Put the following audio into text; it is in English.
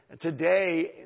today